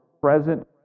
present